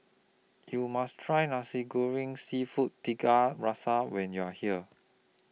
YOU must Try Nasi Goreng Seafood Tiga Rasa when YOU Are here